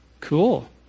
cool